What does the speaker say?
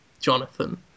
Jonathan